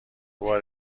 بار